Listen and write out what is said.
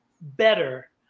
better